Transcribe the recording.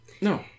No